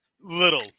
Little